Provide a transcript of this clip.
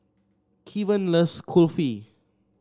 Keven loves Kulfi